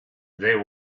there